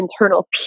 internal